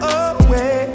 away